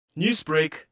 Newsbreak